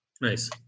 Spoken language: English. Nice